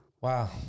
Wow